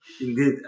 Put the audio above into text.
Indeed